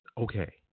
Okay